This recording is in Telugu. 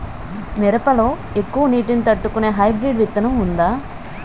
మిరప లో ఎక్కువ నీటి ని తట్టుకునే హైబ్రిడ్ విత్తనం వుందా?